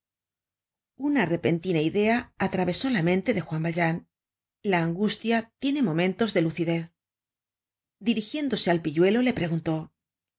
una repentina idea atravesó la mente de juan valjean la angustia tiene momentos de lucidez dirigiéndose al pilluelo le preguntó